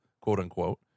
quote-unquote